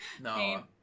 No